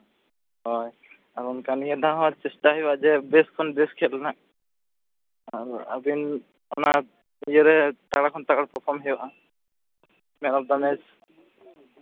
ᱦᱳᱭ ᱱᱤᱭᱟᱹ ᱫᱷᱟᱣ ᱦᱚᱸ ᱪᱮᱥᱴᱟᱭ ᱦᱩᱭᱩᱜᱼᱟ ᱵᱮᱥ ᱠᱷᱚᱱ ᱵᱮᱥ ᱠᱷᱮᱞ ᱦᱟᱸᱜ ᱟᱹᱵᱤᱱ ᱚᱱᱟ ᱤᱭᱟᱹᱨᱮ ᱪᱟᱲᱮ ᱠᱷᱚᱱ ᱪᱟᱲ ᱯᱟᱨᱯᱷᱚᱨᱢ ᱦᱩᱭᱩᱜᱼᱟ ᱟᱫᱚ ᱛᱟᱦᱞᱮ